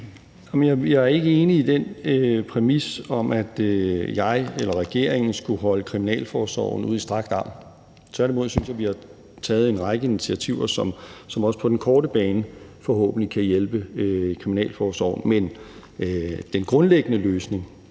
Jeg er ikke enig i den præmis om, at jeg eller regeringen skulle holde kriminalforsorgen ud i strakt arm. Tværtimod synes jeg, vi har taget en række initiativer, som også på den korte bane forhåbentlig kan hjælpe kriminalforsorgen. Men den grundlæggende løsning